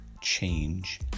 change